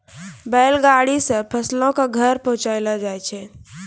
बैल गाड़ी से फसलो के घर पहुँचैलो जाय रहै